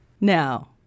Now